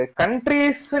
countries